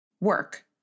Work